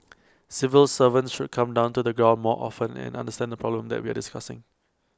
civil servants should come down to the ground more often and understand the problems that we're discussing